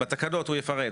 בתקנות הוא יפרט,